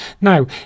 now